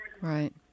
Right